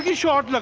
yeah shot